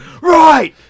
Right